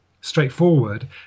straightforward